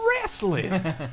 wrestling